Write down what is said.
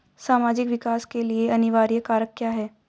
सामाजिक विकास के लिए अनिवार्य कारक क्या है?